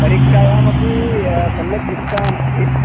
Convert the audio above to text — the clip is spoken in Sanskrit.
परीक्षायामपि सम्यक् लिखितवान् अस्ति